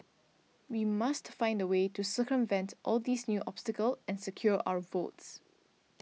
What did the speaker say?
we must find a way to circumvent all these new obstacles and secure our votes